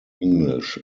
english